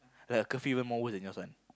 her curfew even more worse than yours one